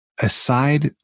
aside